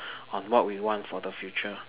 on what we want for the future